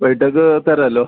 വൈകിട്ടേക്ക് തരാല്ലോ